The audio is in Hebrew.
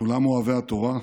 כולם אוהבי התורה,